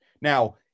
Now